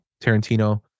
tarantino